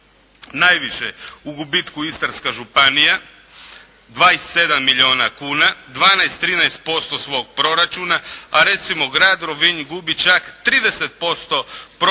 najviše u gubitku Istarska županija 27 milijuna kuna, 12, 13% svog proračuna, a recimo grad Rovinj gubi čak 30% proračunskih